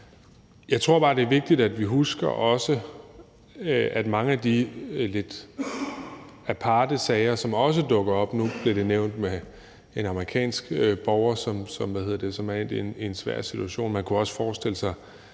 netop har rejst i en anden sammenhæng, altså mange af de lidt aparte sager, som også dukker op. Nu blev der nævnt det med en amerikansk borger, som er endt i en svær situation, og man kunne også forestille sig